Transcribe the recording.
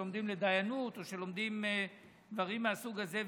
שלומדים לדיינות או שלומדים דברים מהסוג הזה,